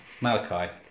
Malachi